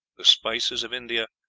the spices of india,